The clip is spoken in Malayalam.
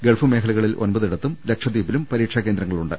ഗൾഫ് മേഖലകളിൽ ഒമ്പ തിടത്തും ലക്ഷദ്ധീപിലും പരീക്ഷ കേന്ദ്രങ്ങളുണ്ട്